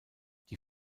die